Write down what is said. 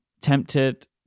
tempted